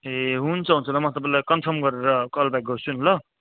ए हुन्छ हुन्छ ल म तपाईँलाई कन्फर्म गरेर कल ब्याक गर्छु नि ल